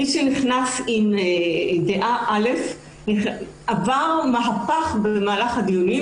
מי שנכנס עם דעה א' עבר מהפך במהלך הדיונים